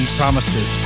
promises